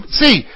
see